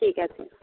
ঠিক আছে